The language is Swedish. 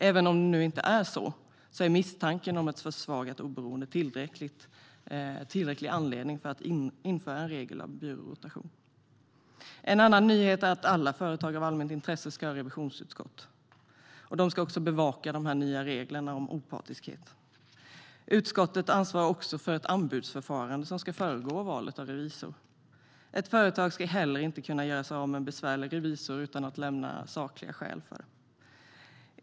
Även om det nu inte är så är misstanken om ett försvagat oberoende tillräcklig anledning för att införa en regel om byrårotation. En annan nyhet är att alla företag av allmänt intresse ska ha revisionsutskott. De ska också bevaka de nya reglerna om opartiskhet. Utskottet ansvarar även för ett anbudsförfarande som ska föregå valet av revisor. Ett företag ska heller inte kunna göra sig av med en besvärlig revisor utan att lämna sakliga skäl för det.